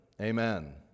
amen